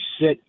sit